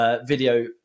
video